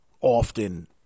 often